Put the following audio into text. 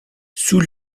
sous